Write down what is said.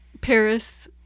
Paris